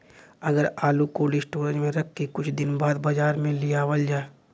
अगर आलू cold storage में रख के कुछ दिन बाद बाजार में लियावल जा?